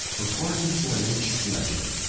according to an ancient legend,